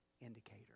indicator